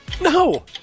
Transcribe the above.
No